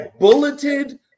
bulleted